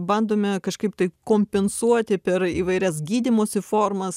bandome kažkaip tai kompensuoti per įvairias gydymosi formas